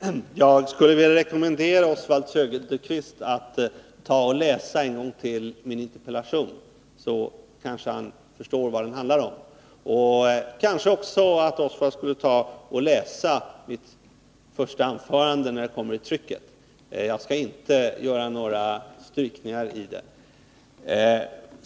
Herr talman! Jag skulle vilja rekommendera Oswald Söderqvist att än en gång läsa min interpellation. Då kanske han skulle förstå vad den handlar om. Måhända borde Oswald Söderqvist också läsa mitt första anförande när det kommer i trycket. Jag skall inte göra några strykningar i anförandet.